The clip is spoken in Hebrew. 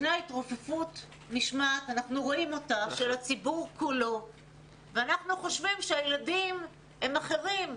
ישנה התרופפות משמעת בקרב הציבור כולו ואנחנו חושבים שהילדים הם אחרים.